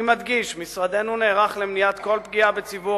אני מדגיש: משרדנו נערך למניעת כל פגיעה בציבור